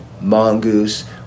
Mongoose